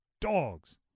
dogs